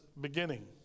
beginning